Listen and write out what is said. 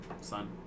Son